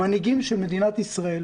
המנהיגים של מדינת ישראל,